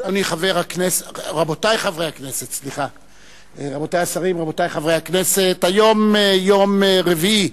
רבותי השרים, רבותי חברי הכנסת, היום יום רביעי,